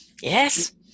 Yes